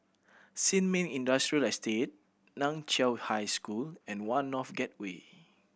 Sin Ming Industrial Estate Nan Chiau High School and One North Gateway